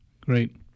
great